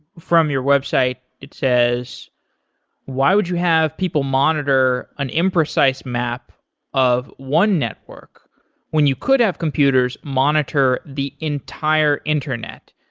from your website, it says why would you have people monitor an imprecise map of one network when you could have computers monitor the entire internet?